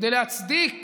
כדי להצדיק